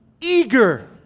eager